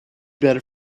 better